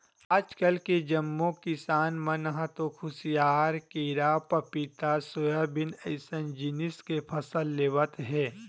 आजकाल के जम्मो किसान मन ह तो खुसियार, केरा, पपिता, सोयाबीन अइसन जिनिस के फसल लेवत हे